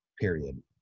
period